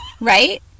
right